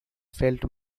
felt